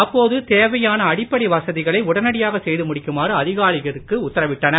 அப்போது தேவையான அடிப்படை வசதிகளை உடனடியாக செய்து முடிக்குமாறு அதிகாரிகளுக்கு உத்தரவிட்டனர்